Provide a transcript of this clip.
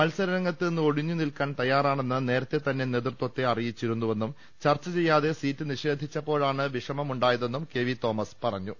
മത്സരരംഗത്തു നിന്ന് ഒഴിഞ്ഞു നിൽക്കാൻ തയ്യാറാണെന്ന് നേരത്തെ തന്നെ നേതൃത്വത്തെ അറിയിച്ചിരുന്നു വെന്നും ചർച്ച ചെയ്യാതെ സീറ്റ് നിഷേധിച്ചപ്പോഴാണ് വിഷമമു ണ്ടായതെന്നും കെ വി തോമസ് പറഞ്ഞു